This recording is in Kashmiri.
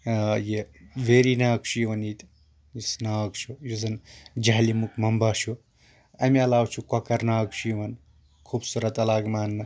یہِ ویریٖناگ چھُ یِوان ییٚتہِ یُس ناگ چھُ یُس زَن جہلمُک ممبا چھُ اَمہِ علاوٕ چھُ کۄکر ناگ چھُ یِوان خوٗبصوٗرَت علاقہٕ ماننہٕ